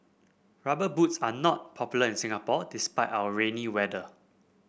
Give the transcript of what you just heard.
rubber boots are not popular in Singapore despite our rainy weather